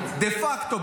דה פקטו,